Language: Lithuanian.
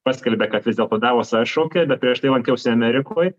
paskelbė kad vis dėlto davosą atšaukė prieš tai lankiausi amerikoj